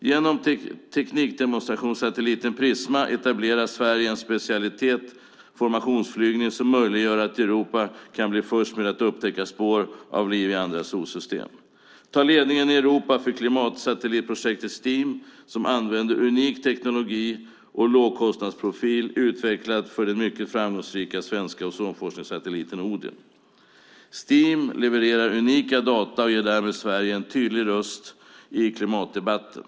Genom teknikdemonstrationssatelliten Prisma etablerar Sverige en specialitet, nämligen formationsflygning som gör att Europa kan bli först med att upptäcka spår av liv i andra solsystem. Vi kan ta ledningen i Europa för klimatsatellitprojektet Steam som använder unik teknologi och en lågkostnadsprofil utvecklad för den mycket framgångsrika svenska ozonforskningssatelliten Odin. Steam levererar unika data och ger därmed Sverige en tydlig röst i klimatdebatten.